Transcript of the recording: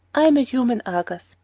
i am a human argus,